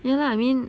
yeah lah I mean